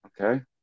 okay